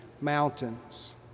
mountains